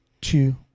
two